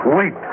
Wait